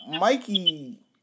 Mikey